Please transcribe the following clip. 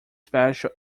special